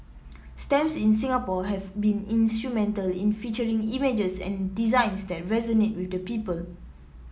stamps in Singapore have been instrumental in featuring images and designs that resonate with the people